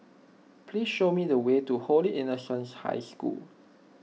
please show me the way to Holy Innocents' High School